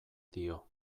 dio